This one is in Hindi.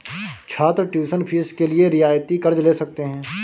छात्र ट्यूशन फीस के लिए रियायती कर्ज़ ले सकते हैं